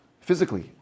Physically